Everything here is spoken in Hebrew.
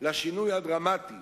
לשינוי הדרמטי